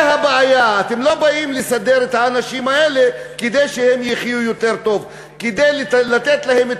לא לסדר את הבדואים שיושבים שם ואין להם לא